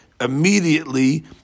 immediately